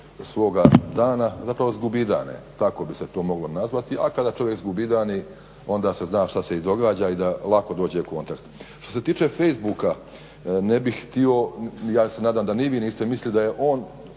svoga dana, zapravo zgubidane, tako bi se to moglo nazvati, a kada čovjek zgubidani onda se zna što se i događa i da lako dođe u kontakt. Što se tiče Facebook-a, ne bih htio, ja se nadam da ni vi niste mislili da je on